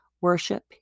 Worship